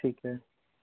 ਠੀਕ ਹੈ